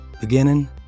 beginning